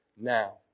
now